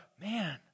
man